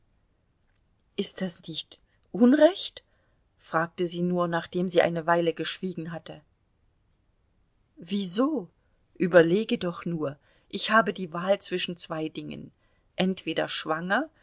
ist das nicht unrecht fragte sie nur nachdem sie eine weile geschwiegen hatte wieso überlege doch nur ich habe die wahl zwischen zwei dingen entweder schwanger